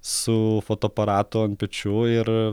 su fotoaparatu an pečių ir